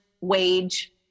wage